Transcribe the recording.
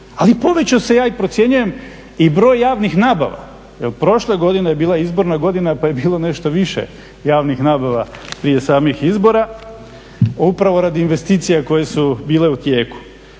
ali povećao se, ja i procjenjujem, i broj javnih nabava jer prošle godine je bila izborna godina pa je bilo nešto više javnih nabava prije samih izbora upravi radi investicija koje su bile u tijeku.